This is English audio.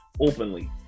openly